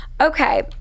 okay